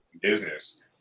business